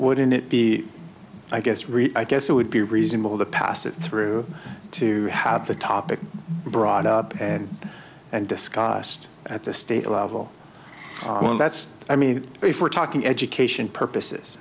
wouldn't it be i guess really i guess it would be reasonable to pass it through to have the topic brought up and discussed at the state level well that's i mean if we're talking education purposes